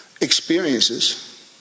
experiences